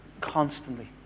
constantly